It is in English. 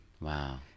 wow